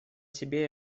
себе